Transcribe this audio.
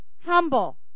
humble